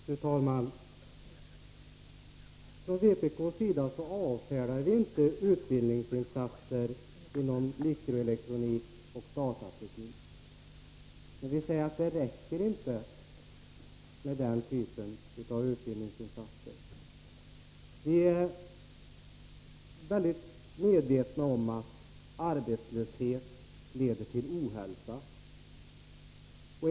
Fru talman! Från vpk:s sida avfärdar vi inte utbildningsinsatser inom mikroelektronik och datateknik. Men vi säger att det inte räcker med den här typen av utbildningsinsatser. Vi är väl medvetna om att arbetslöshet leder till ohälsa.